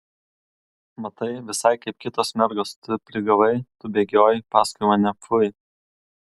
matai visai kaip kitos mergos tu prigavai tu bėgiojai paskui mane pfui